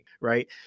right